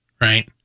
right